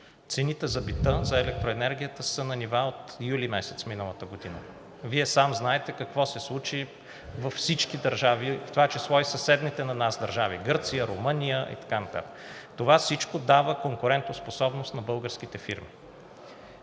Цените за бита, за електроенергията са на нива от юли месец миналата година. Вие сам знаете какво се случи във всички държави, в това число и съседните на нас държави – Гърция, Румъния и така нататък. Всичко това дава конкурентоспособност на българските фирми.